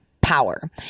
Power